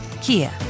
Kia